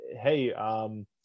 hey